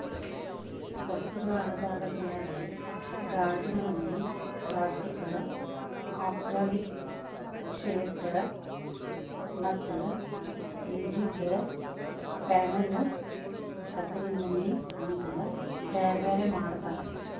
ವಸ್ತುಗಳ ಆಧಾರದ ಮ್ಯಾಲೆ ಗಾಜಿನಮನಿ, ಪ್ಲಾಸ್ಟಿಕ್ ಆಕ್ರಲಿಕ್ಶೇಟ್ ಮತ್ತ ರಿಜಿಡ್ ಪ್ಯಾನೆಲ್ ಹಸಿರಿಮನಿ ಅಂತ ಬ್ಯಾರ್ಬ್ಯಾರೇ ಮಾಡ್ತಾರ